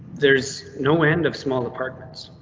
there's no end of small apartments,